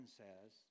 says